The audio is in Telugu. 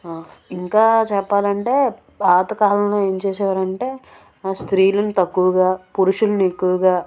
ఇంకా చెప్పాలంటే పాతకాలంలో ఏం చేసేవారంటే స్త్రీలను తక్కువగా పురుషుల్ని ఎక్కువ